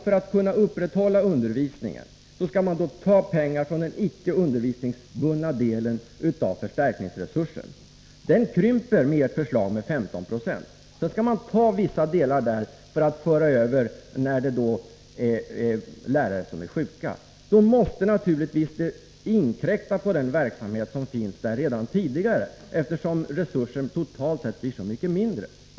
För att kunna upprätthålla undervisningen skall man ta pengar från den icke undervisningsbundna delen av förstärkningsresursen. Den krymper enligt ert förslag med 15 96. Skall man sedan ta vissa delar därav när lärare är sjuka, måste det naturligtvis inkräkta på den verksamhet som dessa pengar redan tidigare är avsedda för, eftersom resursen totalt sett blir så mycket mindre.